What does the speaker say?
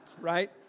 right